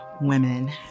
women